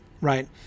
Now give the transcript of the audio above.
right